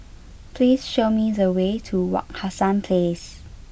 please show me the way to Wak Hassan Place